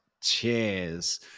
Cheers